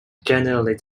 generally